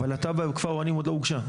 אבל התב"ע בכפר אורנים עוד לא הוגשה,